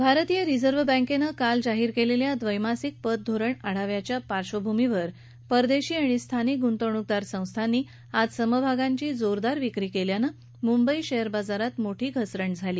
hold भारतीय reserve बँकेनं काल जाहीर केलेल्या ड्वैमासिक पतधोरण आढाव्याच्या पार्श्वभूमीवर परदेशी आणि स्थानिक गुंतवणूकदार संस्थांनी आज समभागांची जोरदार विक्री केल्यानं मुंबई शेअर बाजारात आज मोठी घसरण झाली